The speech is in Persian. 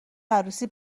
عروسی